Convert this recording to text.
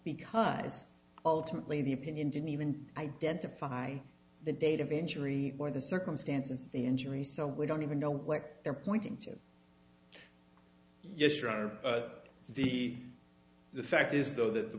because ultimately the opinion didn't even identify the date of injury or the circumstances the injuries so we don't even know what they're pointing to yes roger the fact is though that the